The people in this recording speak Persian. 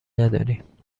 نداریم